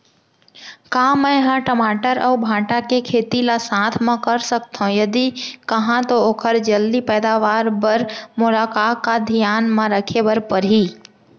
का मै ह टमाटर अऊ भांटा के खेती ला साथ मा कर सकथो, यदि कहाँ तो ओखर जलदी पैदावार बर मोला का का धियान मा रखे बर परही?